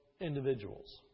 individuals